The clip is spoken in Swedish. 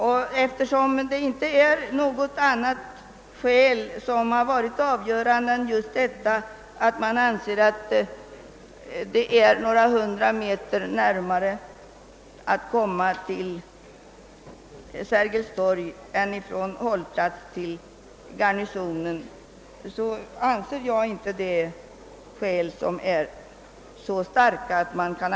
Jag finner för min del inte att det enda avgörande skäl som anförts för Sergels torg-alternativet, nämligen att byggnaden kommer att ligga några hundra meter närmare en tunnelbanestation än fallet skulle bli i kvarteret Garnisonen, är bärande.